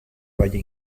valle